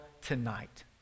tonight